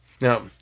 Now